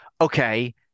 okay